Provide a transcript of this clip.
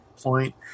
Point